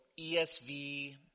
ESV